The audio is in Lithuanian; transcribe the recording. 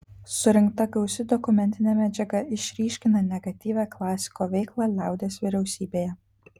surinkta gausi dokumentinė medžiaga išryškina negatyvią klasiko veiklą liaudies vyriausybėje